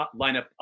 lineup